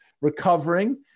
recovering